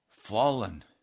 Fallen